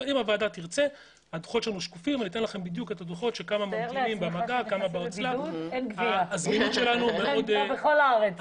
אבל תרים טלפון למנכ"ל חברת הגבייה שיפטור אותי.